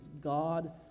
God